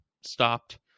stopped